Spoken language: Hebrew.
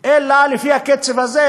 אלא לפי הקצב הזה,